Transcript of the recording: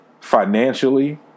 financially